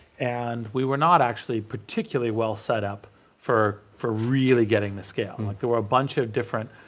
and we were not actually particularly well set up for for really getting the scale. and like there were a bunch of different,